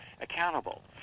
accountable